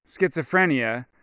schizophrenia